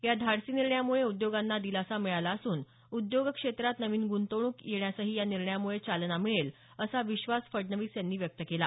या धाडसी निर्णयामुळे उद्योगांना दिलासा मिळाला असून उद्योग क्षेत्रात नवीन ग्रंतवणूक येण्यासही या निर्णयामुळे चालना मिळेल असा विश्वास फडणवीस यांनी व्यक्त केला